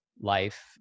life